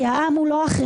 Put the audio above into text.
כי העם הוא לא אחריכם,